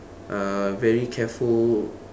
uh very careful